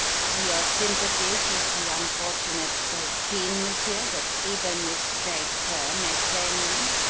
are your sympathies with the unfortunate so keen, monsieur, that even this stray cur may claim them?